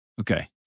Okay